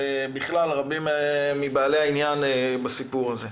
וגם רבים מבעלי העניין בסיפור זה.